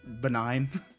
Benign